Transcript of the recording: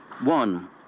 one